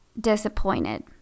disappointed